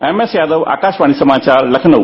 MS Yadav Akashvani समाचार लखनऊ